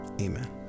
amen